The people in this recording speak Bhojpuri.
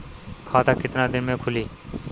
खाता कितना दिन में खुलि?